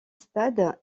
stade